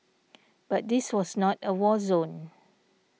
but this was not a war zone